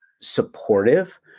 supportive